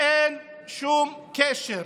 אין שום קשר.